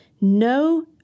No